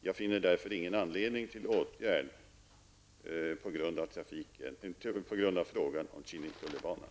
Jag finner därför ingen anledning till åtgärd på grund av frågan om Kinnekullebanan.